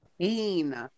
pain